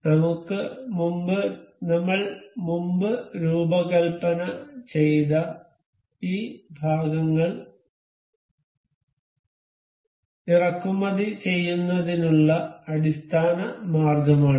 ഞങ്ങൾ മുമ്പ് രൂപകൽപ്പന ചെയ്ത ഈ ഭാഗങ്ങൾ ഇറക്കുമതി ചെയ്യുന്നതിനുള്ള അടിസ്ഥാന മാർഗ്ഗമാണിത്